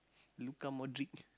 Luka Modric